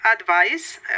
advice